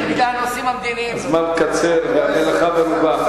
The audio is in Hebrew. הזמן קצר והמלאכה מרובה.